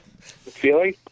Feeling